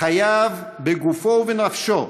חייב בגופו ובנפשו,